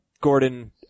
Gordon